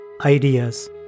ideas